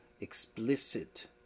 explicit